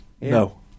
no